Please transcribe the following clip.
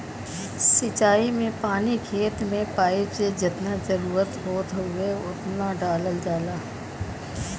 सिंचाई में पानी खेत में पाइप से जेतना जरुरत होत हउवे ओतना डालल जाला